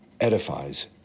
edifies